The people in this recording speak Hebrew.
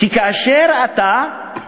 כי כאשר אתה,